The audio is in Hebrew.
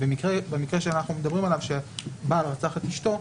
במקרה שאנחנו מדברים עליו, שבעל רצח את אישתו,